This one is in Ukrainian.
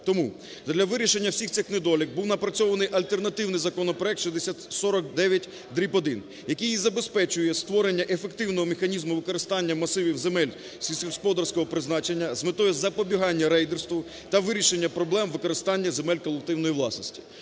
Тому задля вирішення всіх цих недоліків був напрацьований альтернативний законопроект 6049-1, який і забезпечує створення ефективного механізму використання масивів земель сільськогосподарського призначення з метою запобігання рейдерству та вирішення проблем використання земель колективної власності.